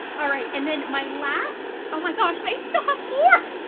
alright, and then my last oh my gosh i still have more!